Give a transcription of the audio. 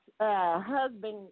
husband